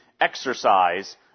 exercise